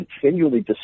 continually